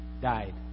died